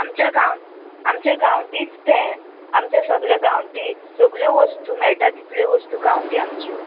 आमचें गांव आमचें गांवटीच तें आमचें सगळें गांवटीच सगल्यो वस्तू मेळटा तितल्यो वस्तू गांवटी आमच्यो